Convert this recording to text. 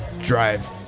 drive